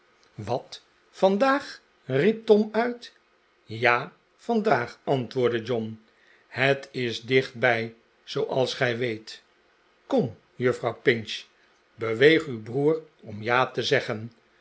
wat vandaag riep tom uit ja vandaag antwoordde john het is dichtbij zooals gij weet kom juffrouw pinch beweeg uw broer om ja te zeggen